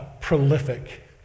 prolific